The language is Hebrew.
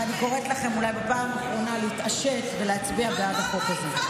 ואני קוראת לכם אולי בפעם האחרונה להתעשת ולהצביע בעד החוק הזה.